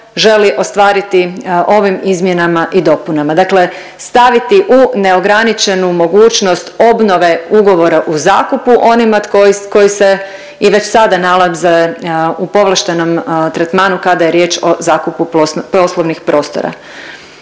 želi ostvariti ovim izmjenama i dopunama, dakle staviti u neograničenu mogućnost obnove ugovora o zakupu onima koji se i već sada nalaze u povlaštenom tretmanu kada je riječ o zakupu poslovnih prostora.